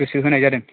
गोसो होनाय जादों